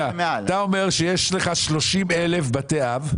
אתה אומר שיש לך כ-30,000 בתי אב,